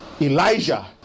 Elijah